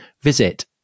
visit